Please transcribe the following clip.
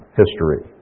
history